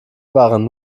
waren